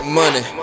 money